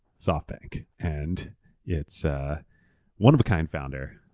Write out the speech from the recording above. softbank and its ah one of a kind founder,